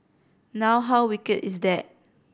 now how wicked is that